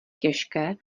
těžké